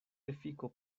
efiko